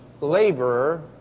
laborer